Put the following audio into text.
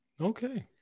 okay